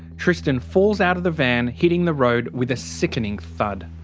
tristan falls out of the van hitting the road with a sickening thud.